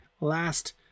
Last